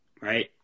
right